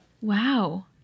Wow